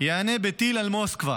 ייענה בטיל על מוסקבה.